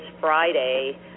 Friday